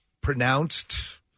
pronounced